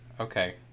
Okay